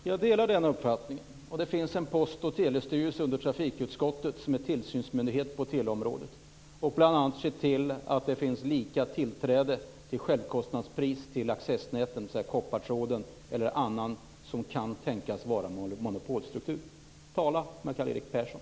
Herr talman! Jag delar den uppfattningen, och under trafikutskottet finns det en post och telestyrelse som är tillsynsmyndighet på teleområdet. Den har bl.a. att se till att det finns lika tillträde till självkostnadspris till accessnäten, dvs. koppartråden eller annat som kan tänkas vara av monopolstruktur. Tala med Karl-Erik Persson!